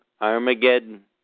Armageddon